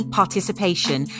participation